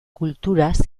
kulturaz